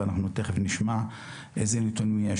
ותיכף נשמע אילו נתונים יש,